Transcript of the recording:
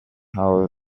how